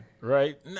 Right